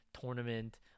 tournament